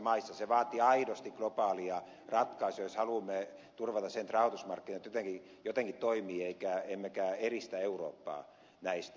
se vaatii aidosti globaalia ratkaisua jos haluamme turvata sen että rahoitusmarkkinat jotenkin toimivat emmekä eristää eurooppaa näistä